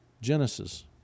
Genesis